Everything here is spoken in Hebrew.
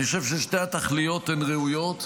אני חושב ששתי התכליות הן ראויות,